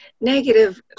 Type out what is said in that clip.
negative